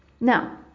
Now